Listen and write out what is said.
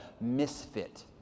misfit